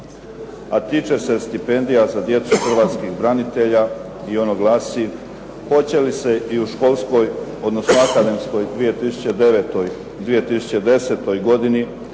a tiče se stipendija za djecu Hrvatskih branitelja. I ono glasi, hoće li se i u školskoj, odnosno akademskoj 2009., 2010. godini